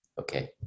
Okay